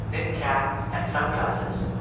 knit cap and sunglasses,